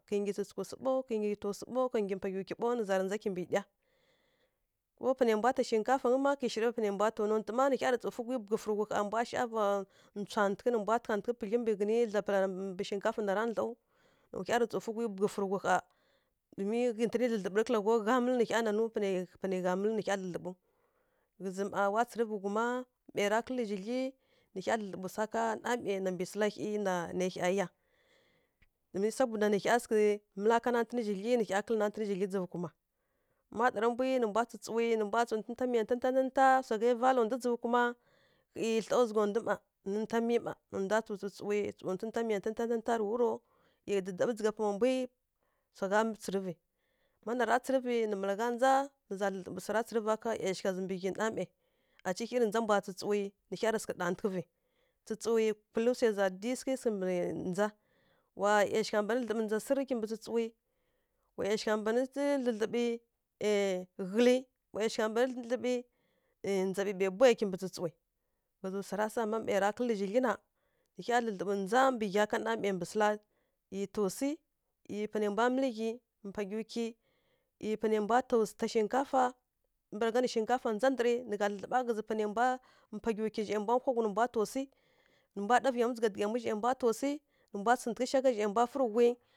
Kǝi nggyi tsǝtsǝghǝ swu ɓaw, kǝi nggyi tsǝtsǝghǝ mpa gyiw kyi ɓaw, kǝi nggyi tsǝtsǝghǝ taw swu ɓaw nǝ za rǝ ndza kimbǝ ɗya. Ko panai mbwa ta shinkafangǝ má kǝi shirǝ ɓa panai mbwa taw to nontǝ ma nǝ mbwa rǝ tǝw fǝ gwi bǝldyifǝ rǝghui gha, mbwa shava ntsatǝghǝ nǝ mbwa tǝghatǝghǝ pudlyi mbǝ ghǝtǝni dapala mbǝ shinkafa nara dlaw. Nǝ hya rǝ tsǝw fǝ gwi bǝdlyifǝ rǝ ghui gha. Mi ghǝtǝnǝ nanaǝ kǝla ghaw ghá mǝlǝ panai gha mǝlǝ nǝ hya nanǝw panai-panai gha mǝlǝ nǝ hya dlǝdlǝɓǝw. Ghǝzǝ ma ghuma mai ra kǝlǝ zhidlyi wa tsǝrǝvǝ nǝ hyi dlǝdlǝɓǝ swa ká namai na mbǝ sǝla hyi na nai hya yá. Domin sabuda nǝ hya sǝghǝ mǝla nantǝn zhidlyi nǝ hya sǝghǝ kǝlǝ nantǝn zhidlyi dzǝvu kuma. Ma ɗara mbu nǝ mbwa tsǝtsǝwi, nǝ mbwa tsǝw ntǝn ntá ntǝn ntá, swa ghai vala ndu dzǝvu kuma. Ƙhǝi thla zughaw ndu mma nǝ ntǝ ntá miyi mma nǝ ndwa tsǝtsǝwi, nǝ ndwa tsǝw ntá miya ntǝn ntɑ rǝ wuro ˈyi dǝdaɓǝ dzǝgha kuma mbwi swa gha tsǝrǝvǝ. Má nara tsǝrǝvǝ nǝ malagha ndza nǝ za dlǝdlǝɓǝ swara tsǝrǝva ka ˈyashigha zǝ mbǝ ghyi namai aci hyi rǝ ndza mbwa tsǝtǝwi nǝ hya rǝ sǝghǝ ɗatǝghǝvǝ, tsǝtǝwi kulǝ swai za dǝdyi sǝghǝ kimbǝ ndza. Wa ˈyashigha mban dlǝdlǝɓǝ swa sǝrǝrǝ kimbǝ tsǝtsǝwi, wa mban ghǝlǝ. wa ˈyashigha mban dlǝdlǝɓǝ ndza ɓǝbia bway kimbǝ tsǝtsǝwi, ghǝzǝ swara sa ma mai ra kǝlǝ zhidlyi na hya dlǝdlǝɓǝ ndza ka namai mbǝ sǝla, ˈyi taw swi, ˈyi panai mbwa mǝlǝ ghyi, ˈyi mpa gyiw kyi, ˈyi panai mbwa taw s ta shinkafa, kambǝragha nǝ shinkafa ndza ndǝrǝ nǝ gha dlǝdlǝɓ ghǝzǝ panai mbwa mpa gyiw kyi nǝ gha dlǝdlǝɓa ghǝzǝ panai mbwa mpa gyiw kyi zhai mbwa taw swi, nǝ mbwa ɗavǝ yamwi dzǝgh dǝghǝ yamwi, zhai mbwa taw swi, nǝ mbwa tsǝghǝtǝghǝ shagha zhai mbwafǝ rǝ ghui.